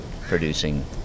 producing